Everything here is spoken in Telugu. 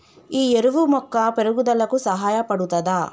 ఈ ఎరువు మొక్క పెరుగుదలకు సహాయపడుతదా?